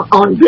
on